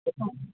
অঁ